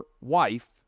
wife